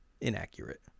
Inaccurate